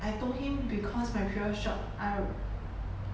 I told him because my previous shop I